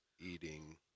eating